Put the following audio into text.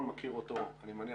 מאה